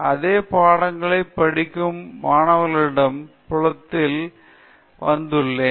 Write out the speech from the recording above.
அதே பாடங்களைப் படிக்கும் மாணவர்களிடமிருந்து புலத்திற்கு வந்துள்ளேன்